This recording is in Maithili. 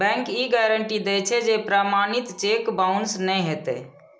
बैंक ई गारंटी दै छै, जे प्रमाणित चेक बाउंस नै हेतै